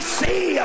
see